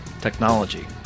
Technology